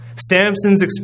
Samson's